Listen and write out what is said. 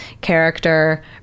character